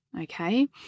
okay